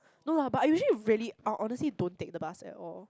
no lah but I usually really I honestly don't take the bust at all